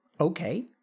okay